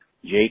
Jake